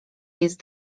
jest